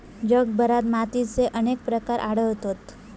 जगभरात मातीचे अनेक प्रकार आढळतत